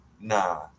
Nah